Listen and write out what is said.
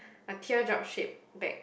a teardrop shaped bag